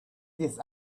this